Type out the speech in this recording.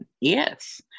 Yes